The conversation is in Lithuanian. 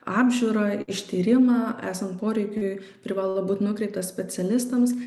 apžiūrą ištyrimą esant poreikiui privalo būt nukreiptas specialistams